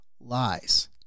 lies